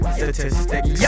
statistics